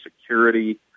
security